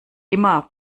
immer